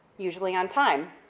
usually on time.